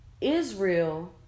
Israel